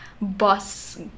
boss